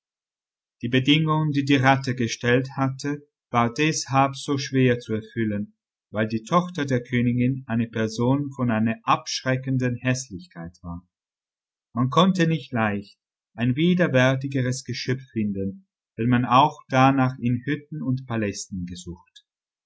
die bedingung die die ratte gestellt hatte war deshalb so schwer zu erfüllen weil die tochter der königin eine person von einer abschreckenden häßlichkeit war man konnte nicht leicht ein widerwärtigeres geschöpf finden wenn man auch darnach in hütten und palästen gesucht